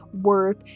worth